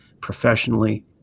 professionally